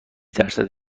درصد